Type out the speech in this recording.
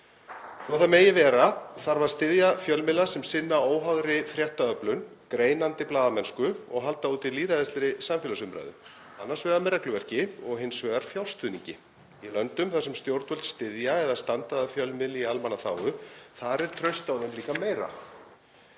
Svo það megi vera þarf að styðja fjölmiðla sem sinna óháðri fréttaöflun, greinandi blaðamennsku og halda úti lýðræðislegri samfélagsumræðu, annars vegar með regluverki og hins vegar fjárstuðningi. Í löndum þar sem stjórnvöld styðja eða standa að fjölmiðli í almannaþágu er traust á þeim líka meira.